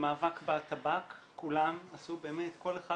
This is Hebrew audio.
למאבק בטבק, כולם עשו כל אחד